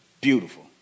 beautiful